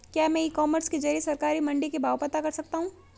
क्या मैं e commerce के ज़रिए सरकारी मंडी के भाव पता कर सकता हूँ?